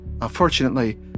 unfortunately